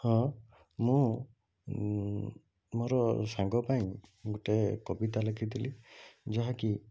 ହଁ ମୁଁ ମୋର ସାଙ୍ଗ ପାଇଁ ଗୋଟେ କବିତା ଲେଖିଥିଲି ଯାହାକି